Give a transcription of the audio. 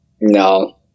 No